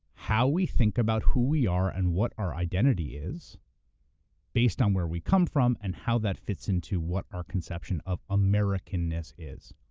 how we think about who we are and what our identity is based on where we come from and how that fits into what our conception of americanness is,